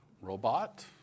robot